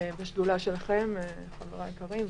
בשדולה שלכם, חבריי היקרים.